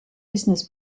business